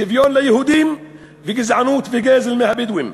שוויון ליהודים וגזענות וגזל מהבדואים.